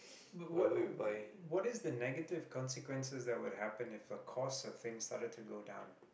but what wh~ what is the negative consequences that would happened if the course of things started to go down